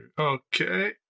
Okay